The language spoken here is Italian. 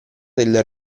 del